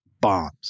bombs